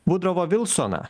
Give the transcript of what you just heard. vudrovą vilsoną